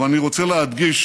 אבל אני רוצה להדגיש